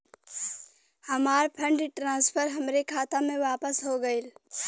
हमार fund transfer हमरे खाता मे वापस हो गईल